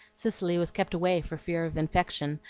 cicely was kept away for fear of infection,